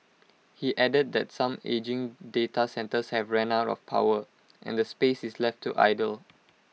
he added that some ageing data centres have ran out of power and the space is left to idle